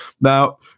Now